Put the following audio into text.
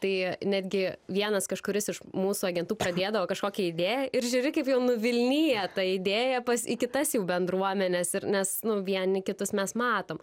tai netgi vienas kažkuris iš mūsų agentų pradėdavo kažkokią idėją ir žiūri kaip jau nuvilnija ta idėja pas į kitas jau bendruomenes ir nes vieni kitus mes matom